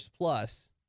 plus